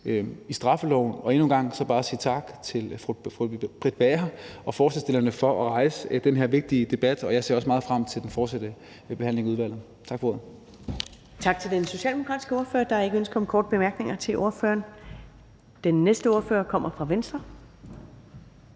i straffeloven. Endnu en gang vil jeg sige tak til fru Britt Bager og forslagsstillerne for at rejse den her vigtige debat, og jeg ser også meget frem til den fortsatte behandling i udvalget. Tak for ordet.